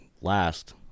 last